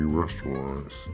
restaurants